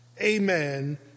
amen